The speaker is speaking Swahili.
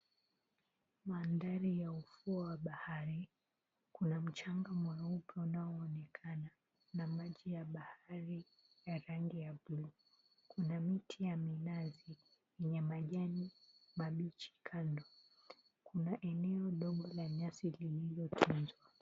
Maandhari ya ufuo wa bahari, kuna mchanga mweupe unaonekana na maji ya bahari ya rangi ya buluu. Kuna miti ya minazi yenye majani mabichi kando, kuna eneo dogo la nyasi lililotunzwa.